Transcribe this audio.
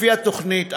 לפי התוכנית,